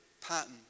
pattern